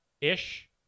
ish